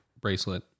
bracelet